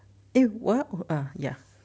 eh wha~ ah ya